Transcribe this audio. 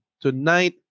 tonight